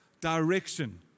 direction